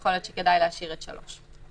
יכול שכדאי להשאיר את (3).